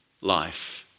life